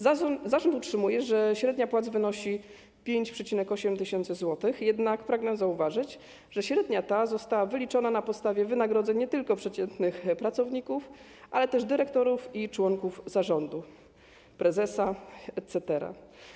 Zarząd utrzymuje, że średnia płac wynosi 5,8 tys. zł, jednak pragnę zauważyć, że średnia ta została wyliczona na podstawie wynagrodzeń nie tylko przeciętnych pracowników, ale też dyrektorów i członków zarządu, prezesa etc.